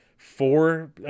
Four